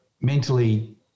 mentally